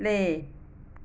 play